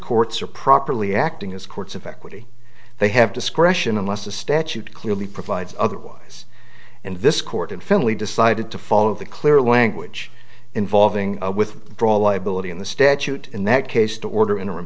courts are properly acting as courts of equity they have discretion unless the statute clearly provides otherwise and this court in finley decided to follow the clear language involving with draw liability in the statute in that case to order interim